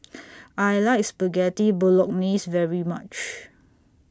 I like Spaghetti Bolognese very much